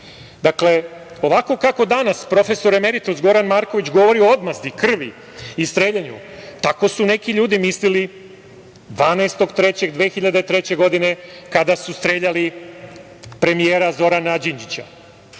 kako danas profesor emeritus Goran Marković govori o odmazdi, krvi i streljanju, tako su neki ljudi mislili 12. 3. 2003. godine kada su streljali premijera Zorana Đinđića.